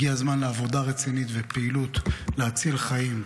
הגיע הזמן לעבודה רצינית ופעילות להציל חיים,